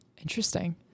Interesting